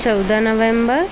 चौदह नवंबर